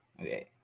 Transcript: Okay